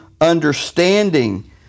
understanding